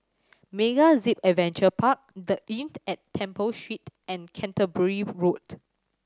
MegaZip Adventure Park The Inn at Temple Street and Canterbury Road